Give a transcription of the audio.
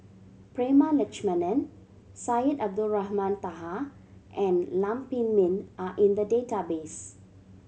Prema Letchumanan Syed Abdulrahman Taha and Lam Pin Min are in the database